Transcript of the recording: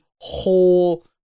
whole